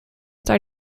are